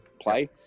play